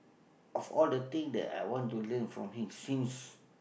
of all the things that I want to learn from him since